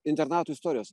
internatų istorijos